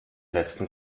letzten